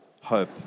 hope